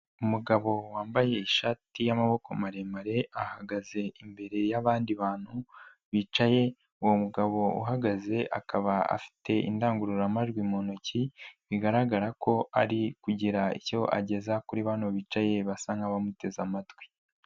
Umugabo wambaye ishati y'amaboko maremare ahagaze imbere y'abandi bantu bicaye, uwo mugabo uhagaze akaba afite indangururamajwi mu ntoki, bigaragara ko ari kugira icyo ageza kuri bariya bicaye basa nk'abamuteze amatwi.